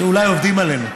שאולי עובדים עלינו.